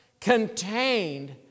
contained